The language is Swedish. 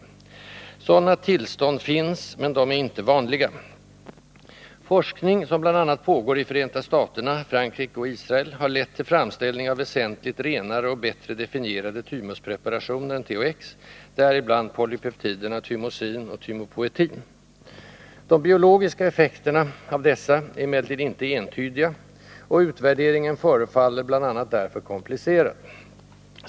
Sådana tillstånd finns men de är inte vanliga. Forskning, som bl.a. pågår i Förenta staterna, Frankrike och Israel, har lett till framställning av väsentligt renare och bättre definierade thymuspreparationer än THX, däribland polypeptiderna thymosin och thymopoetin. De biologiska effekterna av dessa är emellertid icke entydiga, och utvärderingen förefaller bl.a. därför komplicerad.